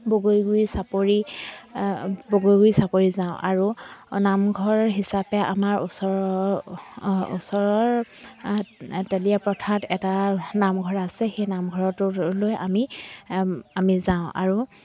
বগৰিগুৰি চাপৰি বগৰিগুৰি চাপৰি যাওঁ আৰু নামঘৰ হিচাপে আমাৰ ওচৰৰ ওচৰৰ তেলীয়া প্ৰথাত এটা নামঘৰ আছে সেই নামঘৰটোলৈ আমি আমি যাওঁ আৰু